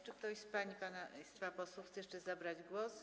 Czy ktoś z pań i panów posłów chce jeszcze zabrać głos?